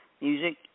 music